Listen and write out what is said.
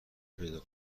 پیدا